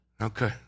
Okay